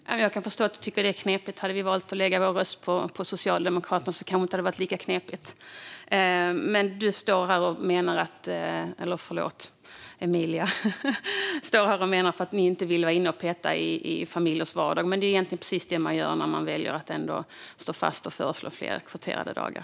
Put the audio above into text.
Fru talman! Jag kan förstå att Emilia Töyrä tycker att det är knepigt. Men hade vi valt att lägga vår röst på Socialdemokraternas budget kanske det inte hade varit lika knepigt. Du står här, Emilia, och menar att ni inte vill vara inne och peta i familjers vardag, men det är egentligen precis det ni gör när vi väljer att ändå stå fast vid att föreslå fler kvoterade dagar.